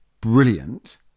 brilliant